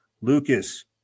Lucas